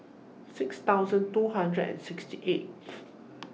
six thousand two hundred and sixty eighth